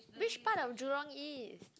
which part of Jurong-East